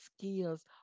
skills